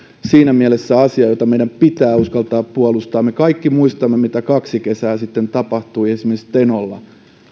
siinä mielessä asia jota meidän pitää uskaltaa puolustaa me kaikki muistamme mitä kaksi kesää sitten tapahtui esimerkiksi tenolla